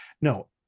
No